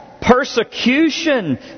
persecution